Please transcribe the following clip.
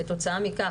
כתוצאה מכך,